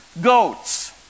goats